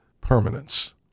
permanence